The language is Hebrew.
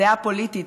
דעה פוליטית,